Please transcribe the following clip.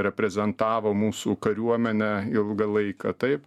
reprezentavo mūsų kariuomenę ilgą laiką taip